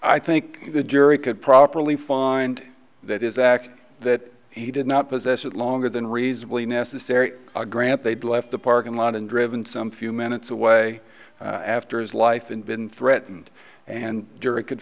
i think the jury could properly find that is actually that he did not possess it longer than reasonably necessary i grant they'd left the parking lot and driven some few minutes away after his life and been threatened and